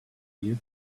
here